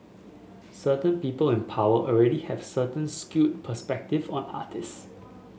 certain people in power already have certain skewed perspective on artist